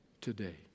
today